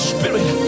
Spirit